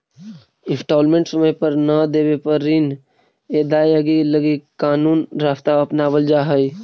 instalment समय पर न देवे पर ऋण अदायगी लगी कानूनी रास्ता अपनावल जा हई